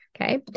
okay